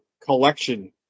collection